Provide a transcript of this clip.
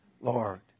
Lord